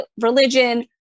religion